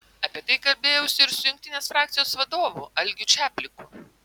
apie tai kalbėjausi ir su jungtinės frakcijos vadovu algiu čapliku